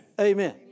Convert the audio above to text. Amen